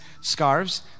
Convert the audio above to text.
scarves